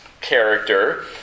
character